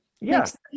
Yes